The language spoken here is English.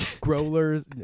growlers